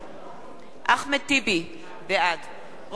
אחמד טיבי, בעד רוברט טיבייב,